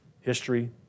history